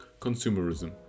Consumerism